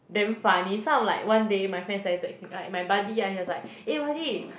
damn funny so I'm like one day my friend suddenly text me like my buddy he was like eh buddy